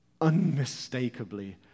unmistakably